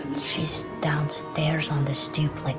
she's downstairs on the stoop, like